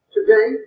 Today